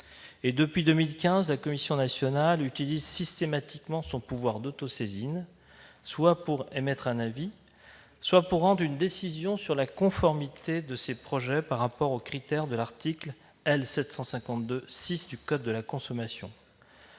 depuis 2015, la Commission nationale utilise systématiquement son pouvoir d'autosaisine, soit pour émettre un avis, soit pour rendre une décision sur la conformité de ces projets par rapport aux critères de l'article L. 752-6 du code de commerce.